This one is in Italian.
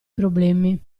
problemi